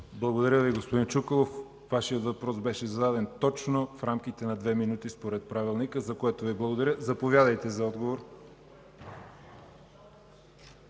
Благодаря, господин Чуколов. Вашият въпрос беше зададен точно в рамките на две минути според Правилника, за което Ви благодаря. Заповядайте за отговор.